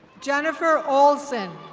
jennifer olson.